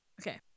Okay